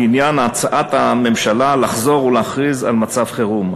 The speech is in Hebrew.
בעניין הצעת הממשלה לחזור ולהכריז על מצב חירום.